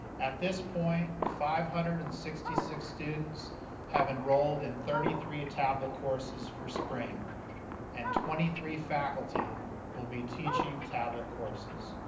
at this point, five hundred and sixty six students have enrolled in thirty three tablet classes for spring and twenty three faculty will be teaching tablet courses.